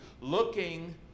Looking